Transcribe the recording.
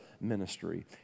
ministry